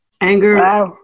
anger